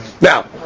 now